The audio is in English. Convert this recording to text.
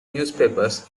newspapers